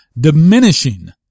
Diminishing